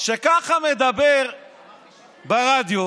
שככה מדבר ברדיו.